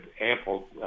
ample